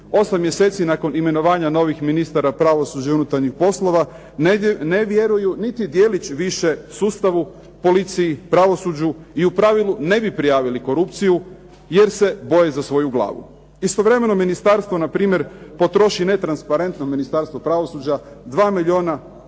8 mjeseci nakon imenovanja novih ministara pravosuđa i unutarnjih poslova ne vjeruju niti djelić više sustavu, policiji, pravosuđu i u pravilu ne bi prijavili korupciju, jer se boje za svoju glavu. Istovremeno ministarstvo npr. potroši netransparentno Ministarstvo pravosuđa 2,3 milijuna kuna